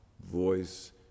voice